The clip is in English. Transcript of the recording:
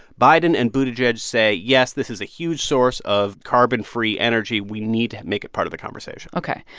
biden and buttigieg say, yes, this is a huge source of carbon-free energy. we need to make it part of the conversation ok,